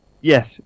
Yes